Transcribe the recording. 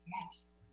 Yes